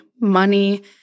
money